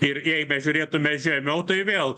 ir jei bežiūrėtume žemiau tai vėl